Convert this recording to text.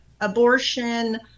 abortion